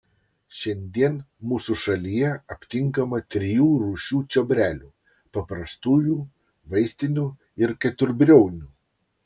šiandien mūsų šalyje aptinkama trijų rūšių čiobrelių paprastųjų vaistinių ir keturbriaunių